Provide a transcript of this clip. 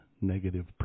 negative